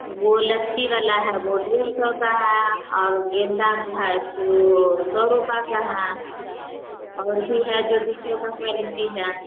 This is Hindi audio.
वह लच्छी वाला है वह डेढ़ सौ का है और गेंदा जो है सो सौ रुपये का है और भी है जो दो सौ तक में है